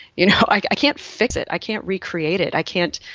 you know, i can't fix it, i can't recreate it. i can't,